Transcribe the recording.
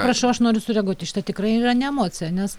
prašau aš noriu sureaguot į šitą tikrai yra ne emocija nes